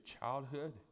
childhood